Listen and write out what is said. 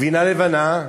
גבינה לבנה,